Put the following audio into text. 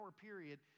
period